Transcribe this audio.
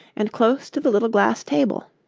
and close to the little glass table.